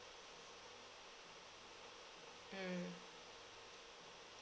mm